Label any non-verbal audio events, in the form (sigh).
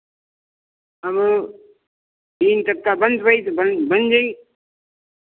(unintelligible) तीन के एत्ता बंद बई तो बन बन जई